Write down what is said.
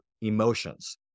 emotions